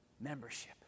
membership